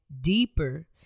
deeper